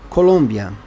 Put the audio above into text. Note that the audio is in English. Colômbia